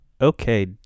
Okay